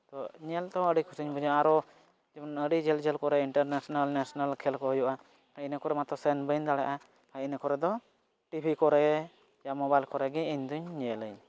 ᱛᱚ ᱧᱮᱞ ᱛᱮᱦᱚᱸ ᱟᱹᱰᱤ ᱠᱩᱥᱤᱧ ᱵᱩᱡᱷᱟᱹᱣᱟ ᱟᱨᱚ ᱡᱮᱢᱚᱱ ᱟᱹᱰᱤ ᱡᱷᱟᱹᱞ ᱡᱷᱟᱹᱞ ᱠᱚᱨᱮ ᱤᱱᱴᱟᱨᱱᱮᱥᱱᱮᱞ ᱱᱮᱥᱱᱮᱞ ᱠᱷᱮᱞ ᱠᱚ ᱦᱩᱭᱩᱜᱼᱟ ᱟᱨ ᱤᱱᱟᱹᱠᱚᱨᱮ ᱢᱟᱛᱚ ᱥᱮᱱ ᱵᱟᱹᱧ ᱫᱟᱲᱮᱭᱟᱜᱼᱟ ᱟᱨ ᱤᱱᱟᱹᱠᱚᱨᱮ ᱫᱚ ᱴᱤᱵᱷᱤ ᱠᱚᱨᱮ ᱥᱮ ᱢᱳᱵᱟᱭᱤᱞ ᱠᱚᱨᱮᱜᱮ ᱤᱧ ᱫᱚᱧ ᱧᱮᱞᱟᱹᱧ